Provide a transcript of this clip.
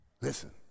Listen